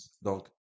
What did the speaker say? Donc